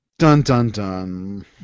Dun-dun-dun